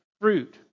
fruit